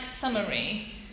summary